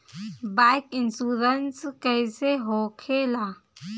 Bike insurance कैसे होखे ला?